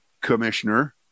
Commissioner